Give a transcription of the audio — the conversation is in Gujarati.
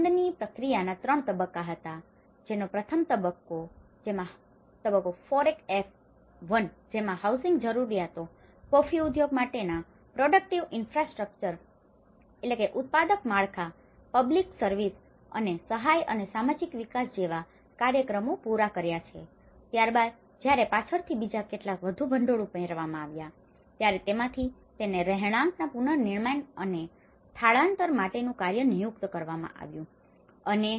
હવે આ ફંડની fund ભંડોળ પ્રક્રિયાના 3 તબક્કાઓ હતા જેનો પ્રથમ તબક્કો FORECAFE 1 છે જેમાં હાઉસિંગ જરૂરિયાતો કોફી ઉદ્યોગ માટેના પ્રોડક્ટિવ ઇનફ્રાસ્ટ્રક્ચર productive infrastructure ઉત્પાદક માળખા પબ્લિક સર્વિસ public services જાહેર સેવાઓ અને સહાય અને સામાજિક વિકાસ જેવા કાર્યક્રમો પૂરા કર્યા છે ત્યારબાદ જ્યારે પાછળથી બીજા કેટલાક વધુ ભંડોળ ઉમેરવામાં આવ્યા ત્યારે તેમાંથી તેને રહેણાંકના પુનર્નિર્માણ અને સ્થળાંતર માટેનું કાર્ય નિયુક્ત કરવામાં આવ્યું હતું